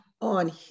on